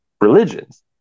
religions